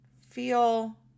Feel